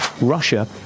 Russia